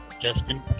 Justin